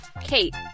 Kate